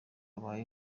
abaye